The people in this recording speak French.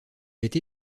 été